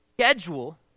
Schedule